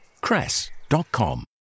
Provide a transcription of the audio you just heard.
cress.com